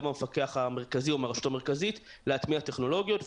מהמפקח המרכזי או מהרשות המרכזית להטמיע טכנולוגיות,